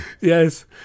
Yes